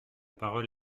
parole